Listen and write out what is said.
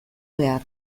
behar